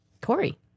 Corey